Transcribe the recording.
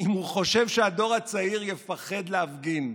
אם הוא חושב שהדור הצעיר יפחד להפגין.